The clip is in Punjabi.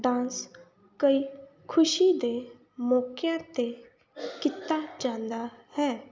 ਡਾਂਸ ਕਈ ਖੁਸ਼ੀ ਦੇ ਮੌਕਿਆਂ 'ਤੇ ਕੀਤਾ ਜਾਂਦਾ ਹੈ